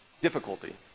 difficulty